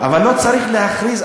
אבל לא צריך להכריז,